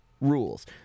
rules